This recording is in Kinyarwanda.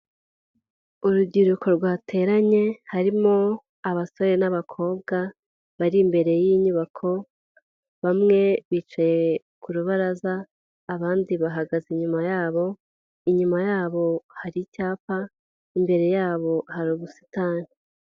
Urubyiruko rwateranye harimo abasore n'abakobwa bari imbere y'inyubako, bamwe bicaye ku rubaraza abandi bahagaze inyuma yabo, inyuma yabo hari icyapa, imbere yabo hari ubusitani.